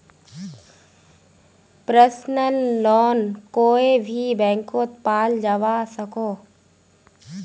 personal loan कोए भी बैंकोत पाल जवा सकोह